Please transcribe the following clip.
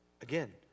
Again